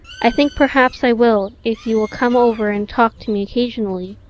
i think perhaps i will if you will come over and talk to me occasionally,